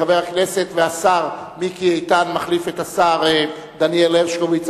חבר הכנסת והשר מיקי איתן מחליף את השר דניאל הרשקוביץ,